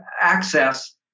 access